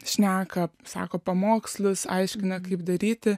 šneka sako pamokslus aiškina kaip daryti